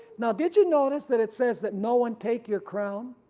now did you notice that it says that no one take your crown.